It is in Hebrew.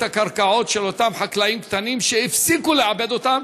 הקרקעות של אותם חקלאים קטנים שהפסיקו לעבד אותן,